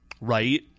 right